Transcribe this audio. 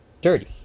dirty